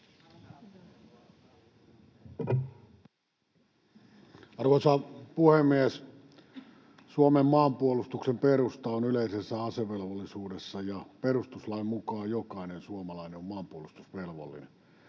Arvoisa puhemies! Suomen maanpuolustuksen perusta on yleisessä asevelvollisuudessa, ja perustuslain mukaan jokainen suomalainen on maanpuolustusvelvollinen.